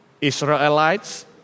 Israelites